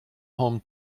home